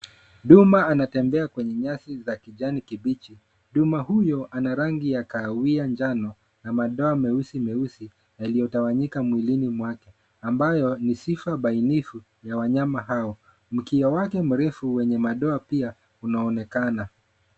Duma anatembea kwenye nyasi za kijani kibichi. Duma huyo ana rangi ya kahawia njano na madoa meusi meusi yaliyotawanyika mwilini mwake ambayo ni sifa bainifu ya wanyama hao . Mkia wake mrefu wenye madoa pia unaonekana.